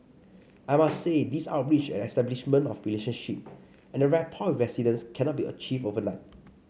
I must say these outreach and establishment of relationship and rapport with residents cannot be achieved overnight